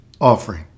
offering